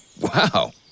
Wow